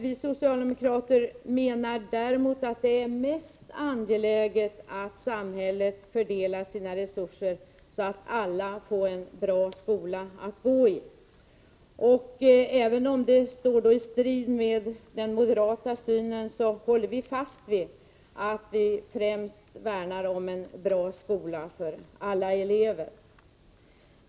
Vi socialdemokrater menar däremot att det är mest angeläget att samhället fördelar sina resurser så att alla får en bra skola att gå i. Även om det står i strid med den moderata synen håller vi fast vid att vi främst värnar om en bra skola för alla elever.